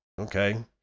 Okay